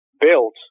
built